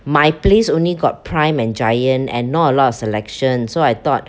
my place only got Prime and Giant and not a lot of selection so I thought